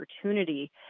opportunity